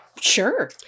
Sure